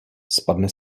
spadne